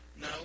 No